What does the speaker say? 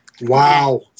Wow